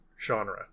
genre